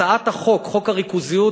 הצעת החוק, חוק הריכוזיות,